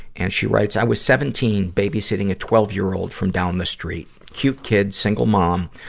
and she writes, i was seventeen, babysitting a twelve year old from down the street. cute kid, single mom.